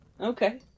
Okay